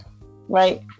right